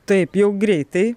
taip jau greitai